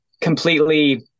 completely